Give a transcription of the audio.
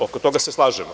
Oko toga se slažemo.